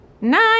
nine